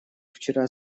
вчера